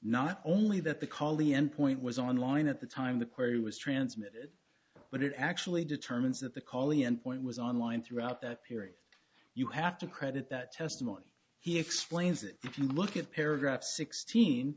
not only that the call the end point was online at the time the query was transmitted but it actually determines that the call the end point was online throughout that period you have to credit that testimony he explains that if you look at paragraph sixteen